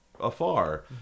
afar